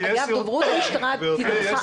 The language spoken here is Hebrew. דוברות המשטרה --- גברתי,